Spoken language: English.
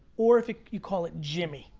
or if you call it jimmy.